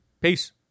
peace